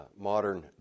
modern